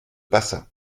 passa